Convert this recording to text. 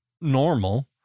normal